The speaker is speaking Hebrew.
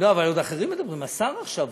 אבל עוד אחרים מדברים, השר עכשיו עולה.